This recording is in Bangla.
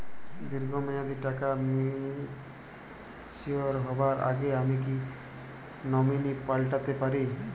দীর্ঘ মেয়াদি টাকা ম্যাচিউর হবার আগে আমি কি নমিনি পাল্টা তে পারি?